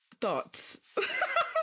Thoughts